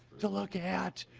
to look at